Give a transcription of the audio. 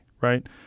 right